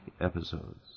episodes